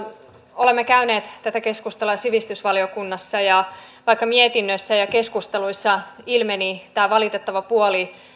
olemme käyneet tätä keskustelua sivistysvaliokunnassa ja vaikka mietinnössä ja keskusteluissa ilmeni tämä valitettava puoli